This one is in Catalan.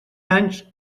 anys